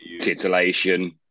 titillation